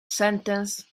sentence